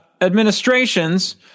administrations